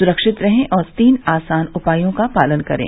सुरक्षित रहें और तीन आसान उपायों का पालन करें